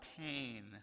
pain